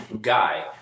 guy